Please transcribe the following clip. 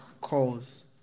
calls